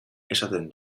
esaten